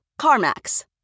CarMax